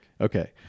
Okay